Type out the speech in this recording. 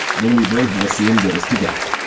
when we bring hennessey and widders together